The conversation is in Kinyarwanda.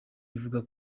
ivuga